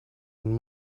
and